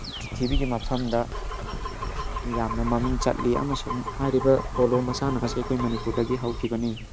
ꯄ꯭ꯔꯤꯊꯤꯕꯤꯒꯤ ꯃꯐꯝꯗ ꯌꯥꯝꯅ ꯃꯃꯤꯡ ꯆꯠꯂꯤ ꯑꯃꯁꯨꯡ ꯍꯥꯏꯔꯤꯕ ꯄꯣꯂꯣ ꯃꯁꯥꯟꯅ ꯑꯁꯤ ꯑꯩꯈꯣꯏ ꯃꯅꯤꯄꯨꯔꯗꯒꯤ ꯍꯧꯈꯤꯕꯅꯤ